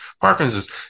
Parkinson's